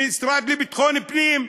מהמשרד לביטחון פנים.